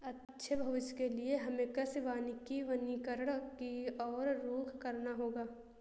अच्छे भविष्य के लिए हमें कृषि वानिकी वनीकरण की और रुख करना होगा